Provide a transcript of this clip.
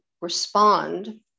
respond